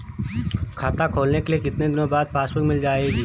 खाता खोलने के कितनी दिनो बाद पासबुक मिल जाएगी?